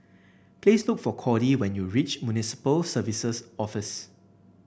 please look for Cordie when you reach Municipal Services Office